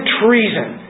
treason